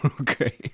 Okay